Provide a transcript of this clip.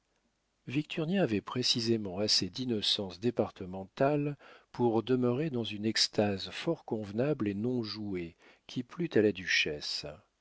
victurnien avait précisément assez d'innocence départementale pour demeurer dans une extase fort convenable et non jouée qui plut à la duchesse